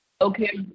Okay